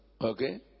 Okay